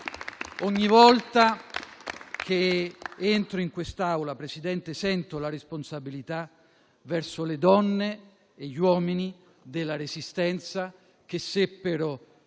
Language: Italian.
Ogni volta che entro in quest'Aula sento la responsabilità verso le donne e gli uomini della Resistenza che seppero